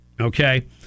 Okay